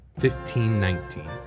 1519